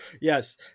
yes